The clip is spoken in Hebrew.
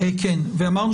אמרנו